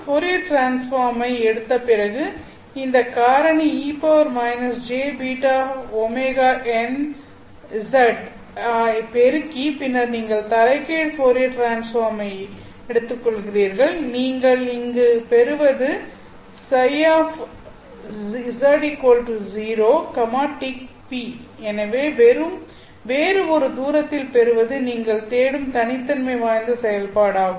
Fourier transform ஐ எடுத்தபிறகு இந்த காரணி e jβωnz ஐ பெருக்கி பின்னர் நீங்கள் தலைகீழ் போரியர் டிரான்ஸ்பார்ம் ஐ எடுத்துக்கொள்கிறீர்கள் நீங்கள் இங்கு பெறுவது ψz0 tn எனவே வேறு ஒரு தூரத்தில் பெறுவது நீங்கள் தேடும் தனித்தன்மை வாய்ந்த செயல்பாடாகும்